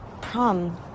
prom